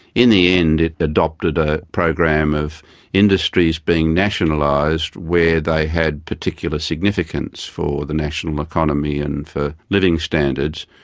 in the end, it adopted a program of industries being nationalised where they had particular significance for the national economy and for living standards,